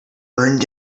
burned